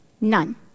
None